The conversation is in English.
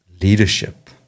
leadership